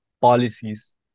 policies